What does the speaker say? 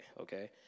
Okay